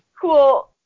cool